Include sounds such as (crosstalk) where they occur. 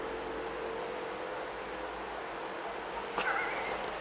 (laughs)